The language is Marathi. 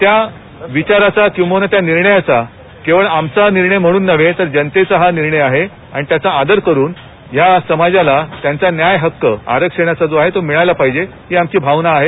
त्या विचाराचा किंबहना त्या निर्णयाचा केवळ आमचा निर्णय म्हणून नव्हे तर जनतेचा हा निर्णय आहे अन् त्याचा आदर करून या समाजाला त्यांचा न्यायहक्क आरक्षणाचा जो आहे तो मिळायला पाहिजे ही आमची भावना आहे